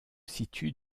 situe